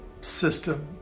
system